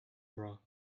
bra